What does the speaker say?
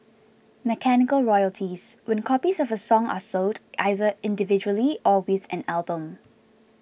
mechanical royalties when copies of a song are sold either individually or with an album